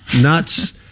Nuts